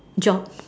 job